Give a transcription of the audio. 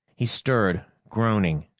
he stirred, groaning,